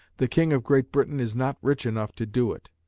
the king of great britain is not rich enough to do it!